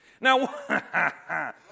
Now